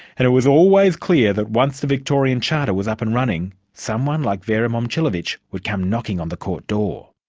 and it was always clear that once the victorian charter was up and running, someone like vera momcilovic would come knocking on the court door.